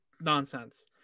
nonsense